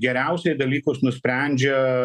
geriausiai dalykus nusprendžia